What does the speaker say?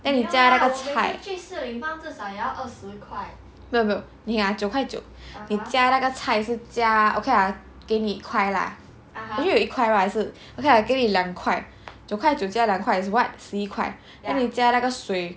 then 你加那个菜没有没有九块九你加那个菜是加 okay lah 是给你一块 lah actually 一块 right okay 给你两块可以九块九加两块是十一块 then 你加那个水